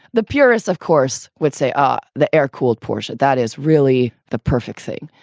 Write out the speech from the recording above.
the purists, of course, would say are the air cooled porsche. that is really the perfect thing.